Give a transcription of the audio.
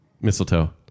Mistletoe